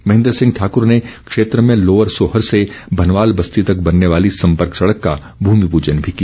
महेन्द्र सिंह ठाकुर ने क्षेत्र में लोअर सोहर से भनवाल बस्ती तक बनने वाली संपर्क सड़क का भूमिपूजन भी किया